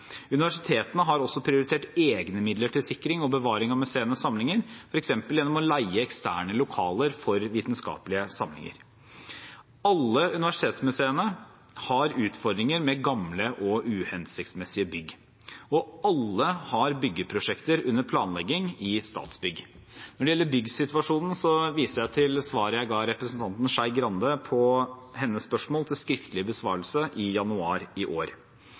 Universitetene har også prioritert egne midler til sikring og bevaring av museenes samlinger, f.eks. gjennom å leie eksterne lokaler for vitenskapelige samlinger. Alle universitetsmuseene har utfordringer med gamle og uhensiktsmessige bygg, og alle har byggeprosjekter under planlegging i Statsbygg. Når det gjelder byggsituasjonen, viser jeg til svaret jeg ga representanten Skei Grande på hennes spørsmål til skriftlig besvarelse i januar i år.